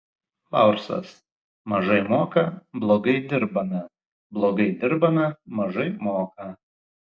laursas mažai moka blogai dirbame blogai dirbame mažai moka